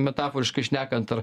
metaforiškai šnekant ar